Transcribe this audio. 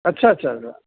اچھا اچھا اچھا